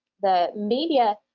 the media,